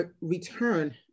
return